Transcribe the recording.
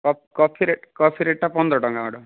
coffee rate coffee ରେଟ୍ଟା ପନ୍ଦର ଟଙ୍କା ମ୍ୟାଡ଼ାମ୍